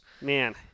Man